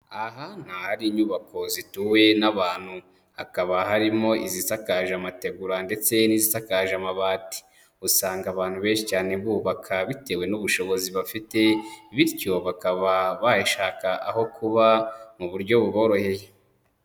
Aha ni ahari inyubako zituwe n'abantu, hakaba harimo izisakaje amategura ndetse n'izisakaje amabati, usanga abantu benshi cyane bubaka bitewe n'ubushobozi bafite bityo bakaba bayashaka aho kuba mu buryo buboroheye.